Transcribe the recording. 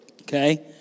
Okay